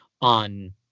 on